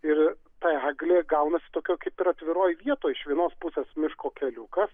ir eglė gaunasi tokioj kaip ir atviroj vietoj iš vienos pusės miško keliukas